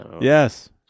Yes